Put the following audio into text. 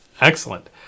Excellent